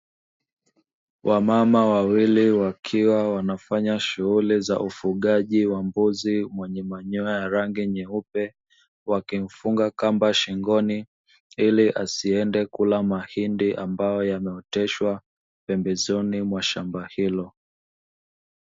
Wamama wawili wakiwa wanafanya shughuli za ufugaji wa mbuzi, mwenye manyoya ya rangi nyeupe, wakimfunga kamba shingoni, ili asiweze kula mahindi ambayo yameoteshwa pembezoni mwa shamba hilo.